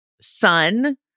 son